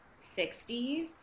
60s